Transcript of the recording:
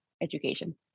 education